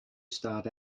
start